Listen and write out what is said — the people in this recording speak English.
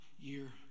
year